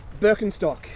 Birkenstock